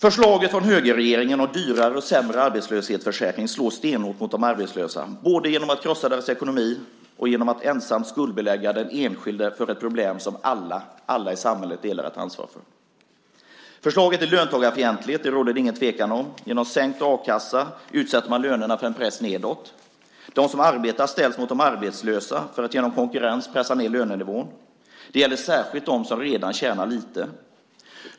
Förslaget från högerregeringen om dyrare och sämre arbetslöshetsförsäkring slår stenhårt mot de arbetslösa, både genom att krossa deras ekonomi och genom att skuldbelägga den enskilde för ett problem som alla i samhället delar ansvaret för. Förslaget är löntagarfientligt, det råder det ingen tvekan om. Genom sänkt a-kassa utsätts lönerna för en press nedåt. De som arbetar ställs mot de arbetslösa för att genom konkurrens pressa ned lönenivån. Det gäller särskilt de som redan tjänar lite.